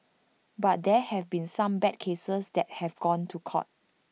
but there have been some bad cases that have gone to court